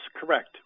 correct